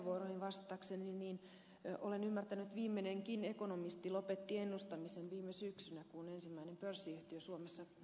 edellisiin puheenvuoroihin vastatakseni olen ymmärtänyt että viimeinenkin ekonomisti lopetti ennustamisen viime syksynä kun ensimmäinen pörssiyhtiö suomessa kaatui